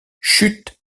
chut